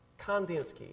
Kandinsky